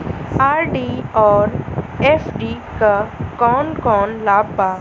RD और FD क कौन कौन लाभ बा?